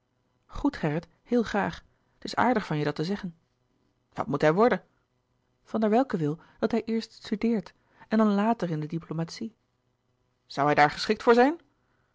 goed gerrit heel graag het is aardig van je dat te zeggen wat moet hij worden van der welcke wil dat hij eerst studeert en dan later in de diplomatie zoû hij daar geschikt voor zijn